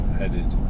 headed